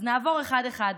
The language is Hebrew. אז נעבור אחד-אחד.